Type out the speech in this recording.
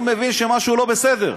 הוא מבין שמשהו לא בסדר.